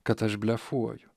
kad aš blefuoju